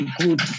good